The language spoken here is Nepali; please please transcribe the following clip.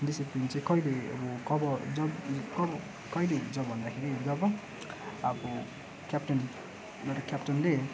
डिसिप्लिन चाहिँ कहिले अब कब जब कब कहिले हुन्छ भन्दाखेरि जब अब क्याप्टन जब क्याप्टनले